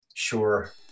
Sure